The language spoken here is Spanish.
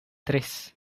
tres